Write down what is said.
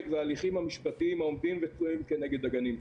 וההליכים המשפטיים העומדים ותלויים כנגד הגנים.